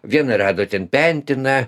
viena rado ten pentiną